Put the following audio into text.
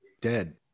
dead